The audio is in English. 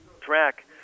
track